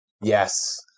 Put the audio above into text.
Yes